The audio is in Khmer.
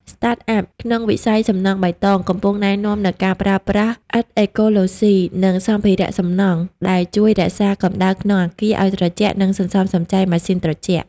Startups ក្នុងវិស័យសំណង់បៃតង កំពុងណែនាំនូវការប្រើប្រាស់ឥដ្ឋអេកូឡូស៊ី និងសម្ភារៈសំណង់ដែលជួយរក្សាកម្ដៅក្នុងអគារឱ្យត្រជាក់ និងសន្សំសំចៃម៉ាស៊ីនត្រជាក់។